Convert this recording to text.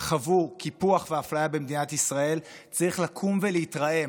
חוו קיפוח ואפליה במדינת ישראל צריך לקום ולהתרעם,